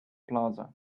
plaza